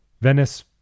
Venice